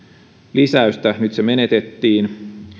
lisäystä nyt se menetettiin